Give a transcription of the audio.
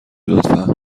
لطفا